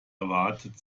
erwartet